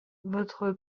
votre